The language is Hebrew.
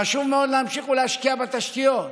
חשוב מאוד להמשיך ולהשקיע בתשתיות,